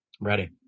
ready